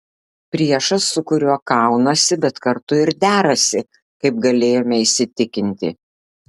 priešas su kuriuo kaunasi bet kartu ir derasi kaip galėjome įsitikinti